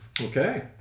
okay